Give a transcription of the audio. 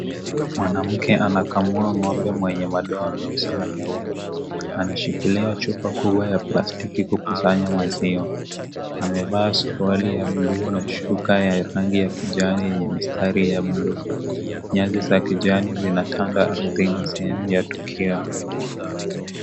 Mwanamke anakamua ng'ombe mwenye madoa meusi na meupe, anashikilia chupa kubwa ya plastiki kukusanya maziwa. Amevaa suruali ya blue na shuka ya rangi ya kijani yenye mistari ya blue . Nyasi za kijani zinatanda ardhini sehemu ya tukio.